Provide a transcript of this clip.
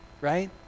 Right